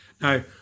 Now